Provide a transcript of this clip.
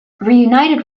reunited